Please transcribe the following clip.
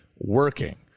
working